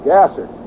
Gasser